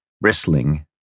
bristling